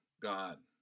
God